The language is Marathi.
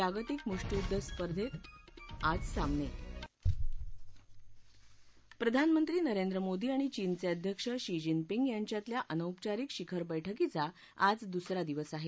जागतिक मुष्टीयुद्धपटू स्पर्धेत भारताच्या चार खेळाडूंचे आज सामने प्रधानमंत्री नरेंद्र मोदी आणि चीनचे अध्यक्ष शी जिनपिंग यांच्यातल्या अनौपचारिक शिखर बैठकीचा आज दुसरा दिवस आहे